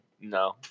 no